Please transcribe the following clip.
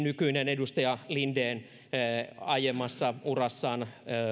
nykyinen edustaja linden aiemmalla urallaan